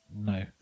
no